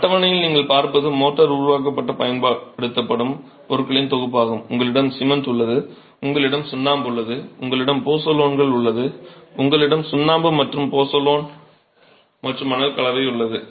அட்டவணையில் நீங்கள் பார்ப்பது மோர்ட்டார் உருவாக்கப் பயன்படுத்தப்படும் பொருட்களின் தொகுப்பாகும் உங்களிடம் சிமென்ட் உள்ளது உங்களிடம் சுண்ணாம்பு உள்ளது உங்களிடம் போசோலன்கள் உள்ளது உங்களிடம் சுண்ணாம்பு மற்றும் பொசோலான் மற்றும் மணல் கலவை உள்ளது